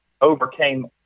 overcame